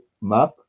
map